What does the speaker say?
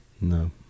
No